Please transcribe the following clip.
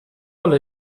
alle